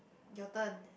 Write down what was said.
your turn